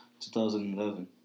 2011